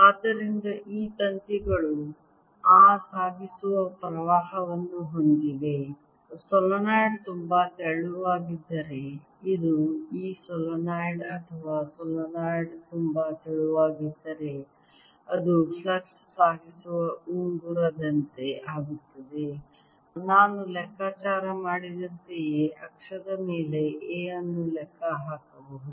ಆದ್ದರಿಂದ ಈ ತಂತಿಗಳು ಆ ಸಾಗಿಸುವ ಪ್ರವಾಹವನ್ನು ಹೊಂದಿವೆ ಸೊಲೆನಾಯ್ಡ್ ತುಂಬಾ ತೆಳುವಾಗಿದ್ದರೆ ಇದು ಈ ಸೊಲೀನಾಯ್ಡ್ ಅಥವಾ ಸೊಲೆನಾಯ್ಡ್ ತುಂಬಾ ತೆಳುವಾಗಿದ್ದರೆ ಅದು ಫ್ಲಕ್ಸ್ ಸಾಗಿಸುವ ಉಂಗುರದಂತೆ ಆಗುತ್ತದೆ ನಾನು ಲೆಕ್ಕಾಚಾರ ಮಾಡಿದಂತೆಯೇ ಅಕ್ಷದ ಮೇಲೆ A ಅನ್ನು ಲೆಕ್ಕ ಹಾಕಬಹುದು